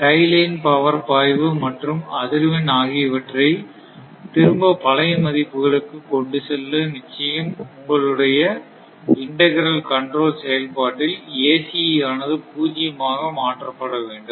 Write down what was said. tie line power பாய்வு மற்றும் அதிர்வெண் ஆகியவற்றை திரும்ப பழைய மதிப்புகளுக்கு கொண்டு செல்ல நிச்சயம் உங்களுடைய இண்டகிரல் கண்ட்ரோல் செயல்பாட்டில் ACE ஆனது பூஜ்யமாக மாற்றப்பட வேண்டும்